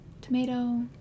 Tomato